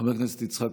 חבר הכנסת יעקב מרגי,